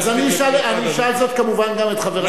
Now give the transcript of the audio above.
אז אני אשאל זאת כמובן גם את חבר הכנסת,